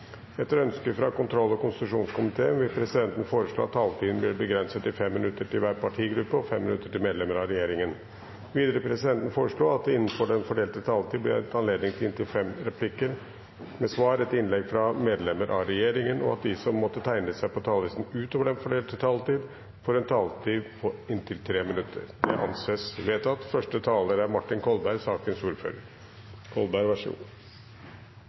Etter ønske fra kontroll- og konstitusjonskomiteen vil presidenten foreslå at debatten blir begrenset til 5 minutter til hver partigruppe og 5 minutter til medlemmer av regjeringen. Videre vil presidenten foreslå at det – innenfor den fordelte taletid – blir gitt anledning til inntil fem replikker med svar etter innlegg fra medlemmer av regjeringen, og at de som måtte tegne seg på talerlisten utover den fordelte taletid, får en taletid på inntil 3 minutter. – Det anses vedtatt. Jeg vil begynne dette innlegget med å si at jeg mener dette er